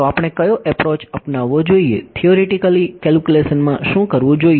તો આપણે કયો એપ્રોચ અપનાવવો જોઈએ થિયોરેટિકલ કેલ્ક્યુલેશન માં શું કરવું જોઈએ